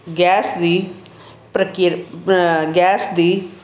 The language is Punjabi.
ਗੈਸ ਦੀ ਪ੍ਰਕਿ ਗੈਸ ਦੀ